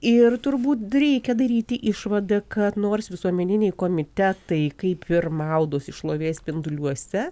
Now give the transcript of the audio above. ir turbūt reikia daryti išvadą kad nors visuomeniniai komitetai kaip ir maudosi šlovės spinduliuose